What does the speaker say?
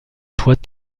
toits